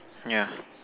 yeah